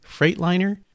Freightliner